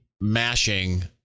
mashing